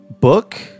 book